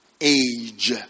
age